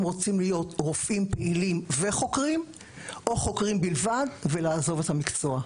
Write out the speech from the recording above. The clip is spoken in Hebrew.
רוצים להיות רופאים פעילים וחוקרים או חוקרים בלבד ולעזוב את המקצוע.